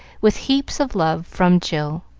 with heaps of love from jill.